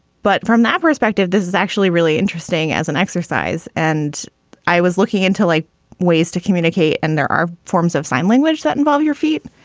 but from that perspective, this is actually really interesting as an exercise. and i was looking until a ways to communicate. and there are forms of sign language that involve your feet.